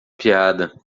piada